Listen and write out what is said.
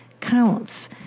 counts